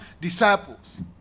disciples